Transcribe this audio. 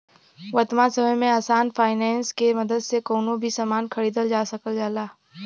वर्तमान समय में आसान फाइनेंस के मदद से कउनो भी सामान खरीदल जा सकल जाला